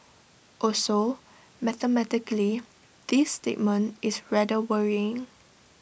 also mathematically this statement is rather worrying